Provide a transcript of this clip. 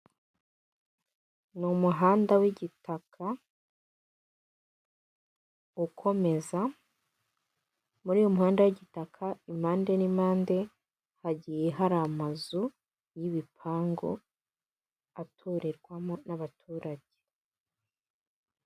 Ni umuhanda w'igitaka ukomeza muri uyo muhanda w'igitaka impande n'impande hagiye hari amazu y'ibipangu aturirwamo n'abaturage.